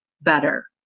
better